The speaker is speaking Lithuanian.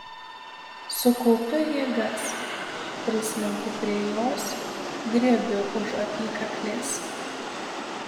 sukaupiu jėgas prislenku prie jos griebiu už apykaklės